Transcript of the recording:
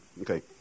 Okay